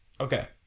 Okay